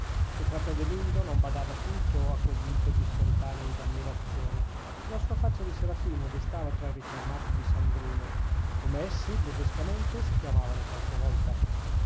frate adelindo non badava punto a quegl'impeti spontanei d'ammirazione che la sua faccia di serafino destava tra i riformati di san bruno come essi burlescamente si chiamavano qualche volta